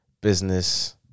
Business